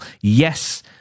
Yes